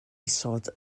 isod